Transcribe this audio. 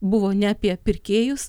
buvo ne apie pirkėjus